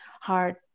hard